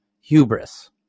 hubris